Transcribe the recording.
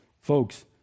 folks